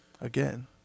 Again